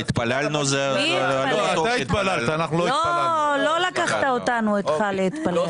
לא לקחת אותנו איתך להתפלל.